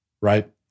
right